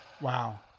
Wow